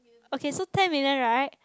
okay so ten million right